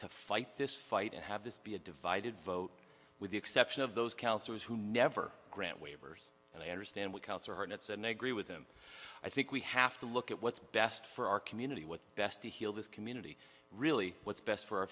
to fight this fight and have this be a divided vote with the exception of those councillors who never grant waivers and i understand we counsel her and it's a negre with him i think we have to look at what's best for our community what's best to heal this community really what's best for our